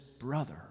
brother